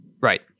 Right